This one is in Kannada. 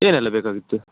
ಏನೆಲ್ಲ ಬೇಕಾಗಿತ್ತು